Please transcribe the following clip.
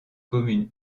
communes